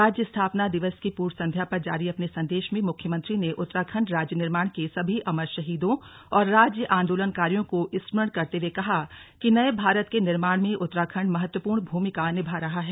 राज्य स्थापना दिवस की पूर्व संध्या पर जारी अपने संदेश में मुख्यमंत्री ने उत्तराखण्ड राज्य निर्माण के सभी अमर शहीदों और राज्य आंदोलनकारियों स्मरण करते हुए कहा कि नए भारत के निर्माण में उत्तराखण्ड महत्वपूर्ण भूमिका निभा रहा है